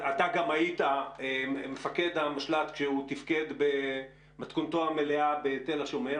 אתה גם היית מפקד המשל"ט כשהוא תיפקד במתכונתו המלאה בתל השומר,